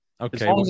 okay